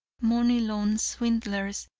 money loan swindlers,